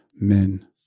men